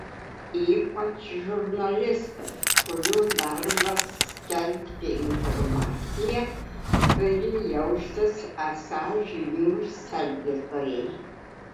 ypač žurnalistai kurių darbas skelbti informaciją turi jaustis esą žinių sergėtojai